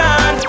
on